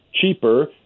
cheaper